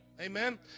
Amen